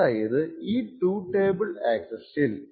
അതായത് ഈ 2 ടേബിൾ ആക്സസ്സിൽ